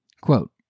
Quote